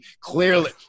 clearly